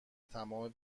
تمام